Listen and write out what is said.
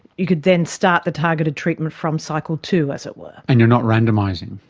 you could then start the targeted treatment from cycle two, as it were. and you're not randomising.